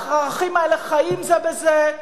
כשהערכים האלה חיים זה בזה,